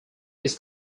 his